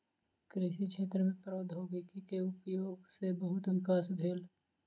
कृषि क्षेत्र में प्रौद्योगिकी के उपयोग सॅ बहुत विकास भेल